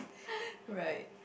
right